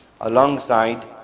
alongside